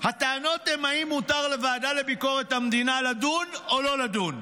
הטענות הן אם מותר לוועדה לביקורת המדינה לדון או לא לדון.